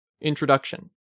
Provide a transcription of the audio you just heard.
Introduction